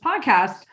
podcast